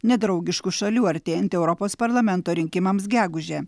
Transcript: nedraugiškų šalių artėjant europos parlamento rinkimams gegužę